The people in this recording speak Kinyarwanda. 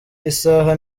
isaha